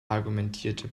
argumentierte